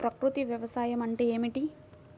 ప్రకృతి వ్యవసాయం అంటే ఏమిటి?